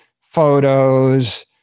photos